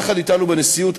יחד אתנו בנשיאות,